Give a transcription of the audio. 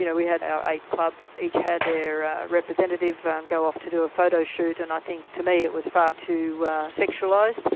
you know we had our eight clubs, each had their representative um go off to do a photo shoot, and i think to me it was far too sexualised.